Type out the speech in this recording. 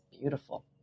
beautiful